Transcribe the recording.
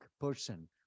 person